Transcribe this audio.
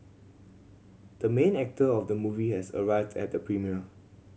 the main actor of the movie has arrived at the premiere